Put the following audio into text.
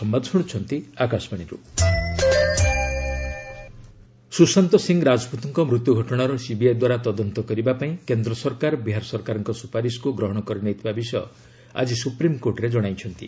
Sushant Rajput death case Sushant Singh ରାଜପୁତଙ୍କ ମୃତ୍ୟୁ ଘଟଣାର ସିବିଆଇ ଦ୍ୱାରା ତଦନ୍ତ କରିବା ପାଇଁ କେନ୍ଦ୍ର ସରକାର ବିହାର ସରକାରଙ୍କ ସ୍ୱପାରିସ୍କୃ ଗ୍ରହଣ କରିନେଇଥିବା ବିଷୟ ଆଜି ସୁପ୍ରିମକୋର୍ଟରେ ଜଣାଇଛନ୍ତି